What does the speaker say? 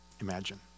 imagine